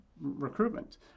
recruitment